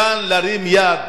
מכאן להרים יד,